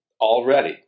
already